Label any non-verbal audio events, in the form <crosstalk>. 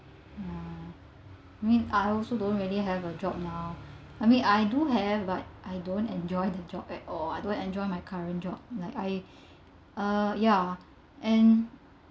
uh mean I also don't really have a job now I mean I do have but but I don't enjoy the job at all I don't enjoy my current job like I <breath> uh ya and